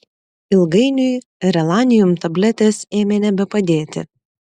ilgainiui relanium tabletės ėmė nebepadėti